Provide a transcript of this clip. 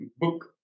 Book